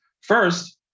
First